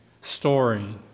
story